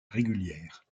régulière